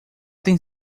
tem